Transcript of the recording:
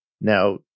now